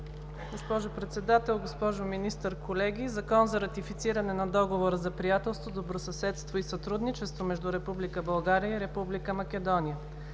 Госпожо Председател, госпожо Министър, колеги! „Закон за ратифициране на Договора за приятелство, добросъседство и сътрудничество между Република България и Република Македония